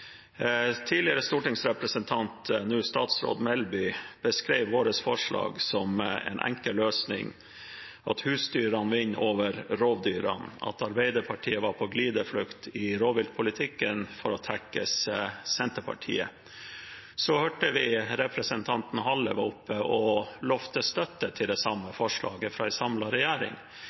Tidligere stortingsrepresentant Melby, nå statsråd, beskrev vårt forslag som en enkel løsning, at husdyrene vinner over rovdyrene, og at Arbeiderpartiet var på glideflukt i rovviltpolitikken for å tekkes Senterpartiet. Så hørte vi representanten Westgaard-Halle var oppe og lovte støtte til det samme forslaget fra en samlet regjering.